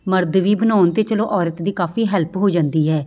ਮਰਦ ਵੀ ਬਣਾਉਣ ਤਾਂ ਚਲੋ ਔਰਤ ਦੀ ਕਾਫੀ ਹੈਲਪ ਹੋ ਜਾਂਦੀ ਹੈ